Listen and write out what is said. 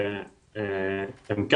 שהם כן